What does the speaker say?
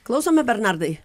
klausome bernardai